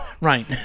right